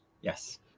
Yes